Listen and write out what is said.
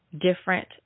different